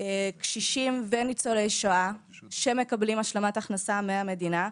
קשישים וניצולי שואה שמקבלים השלמת הכנסה מהמדינה,